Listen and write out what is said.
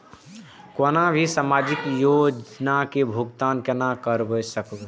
कोनो भी सामाजिक योजना के भुगतान केना कई सकब?